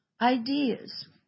ideas